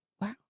wow